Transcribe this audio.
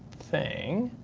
thing.